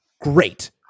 great